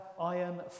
iron